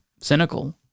cynical